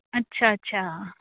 ਅੱਛਾ ਅੱਛਾ